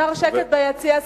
אפשר שקט ביציע?